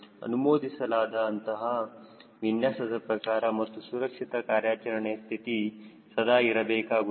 ಅನುಮೋದಿಸಲಾದ ಅಂತಹ ವಿನ್ಯಾಸದ ಪ್ರಕಾರ ಮತ್ತು ಸುರಕ್ಷಿತ ಕಾರ್ಯಾಚರಣೆ ಸ್ಥಿತಿ ಸದಾ ಇರಬೇಕಾಗುತ್ತದೆ